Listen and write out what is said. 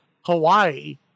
Hawaii